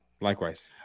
Likewise